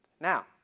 Now